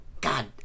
God